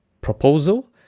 proposal